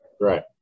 right